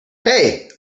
hey